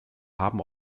haben